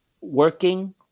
working